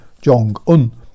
Jong-un